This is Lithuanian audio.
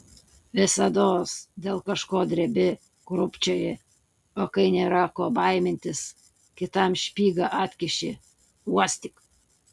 visados dėl kažko drebi krūpčioji o kai nėra ko baimintis kitam špygą atkiši uostyk